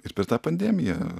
ir per tą pandemiją